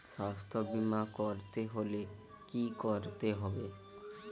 স্বাস্থ্যবীমা করতে হলে কি করতে হবে?